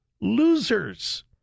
losers